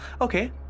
okay